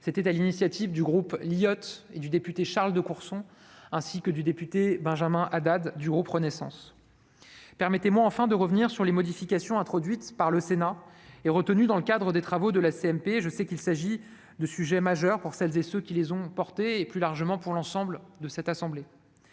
Charles de Courson, du groupe Libertés, Indépendants, Outre-mer et Territoires (LIOT), et Benjamin Haddad, du groupe Renaissance. Permettez-moi enfin de revenir sur les modifications introduites par le Sénat et retenues dans le cadre des travaux de la CMP. Je sais qu'il s'agit de sujets majeurs pour celles et ceux qui les ont portés, et plus largement pour l'ensemble de la Haute Assemblée.